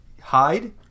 hide